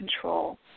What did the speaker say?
control